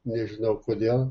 nežinau kodėl